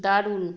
দারুণ